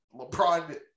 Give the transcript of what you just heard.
LeBron